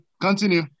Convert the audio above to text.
continue